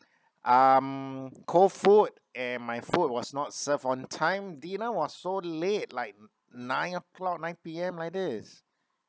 um cold food and my food was not served on time dinner was so late like nine o'clock nine P_M like this